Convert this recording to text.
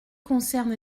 concerne